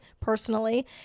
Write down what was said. personally